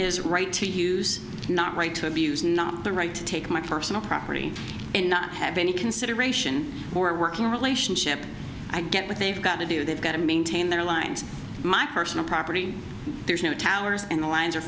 is right to use not right to abuse not the right to take my personal property and not have any consideration or working relationship i get what they've got to do they've got to maintain their lines my personal property there's no towers and the lines are